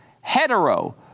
hetero